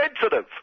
sensitive